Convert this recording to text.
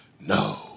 No